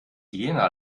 jena